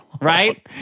right